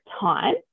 time